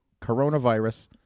coronavirus